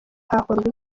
hakorwa